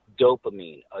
dopamine